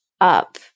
up